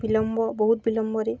ବିଲମ୍ୱ ବହୁତ ବିଲମ୍ୱରେ